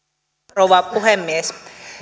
rouva puhemies